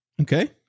okay